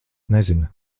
nezina